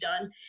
done